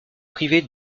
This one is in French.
privés